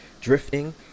drifting